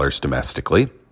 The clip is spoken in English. domestically